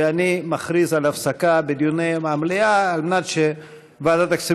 ואני מכריז על הפסקה בדיוני המליאה על מנת שוועדת הכספים